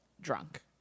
drunk